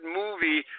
movie